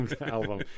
album